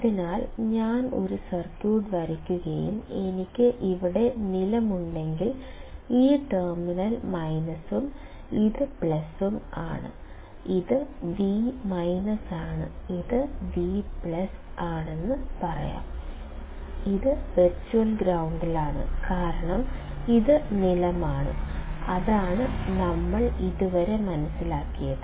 അതിനാൽ ഞാൻ ഒരു സർക്യൂട്ട് വരയ്ക്കുകയും എനിക്ക് ഇവിടെ നിലമുണ്ടെങ്കിൽ ഈ ടെർമിനൽ മൈനസും ഇത് പ്ലസും ആണ് ഇത് V ആണ് ഇത് V ആണെന്ന് പറയാം ഇത് വെർച്വൽ ഗ്രൌണ്ടിലാണ് കാരണം ഇത് നിലമാണ് അതാണ് നമ്മൾ ഇതുവരെ മനസിലാക്കിയത്